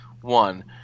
one